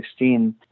2016